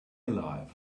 alive